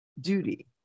duty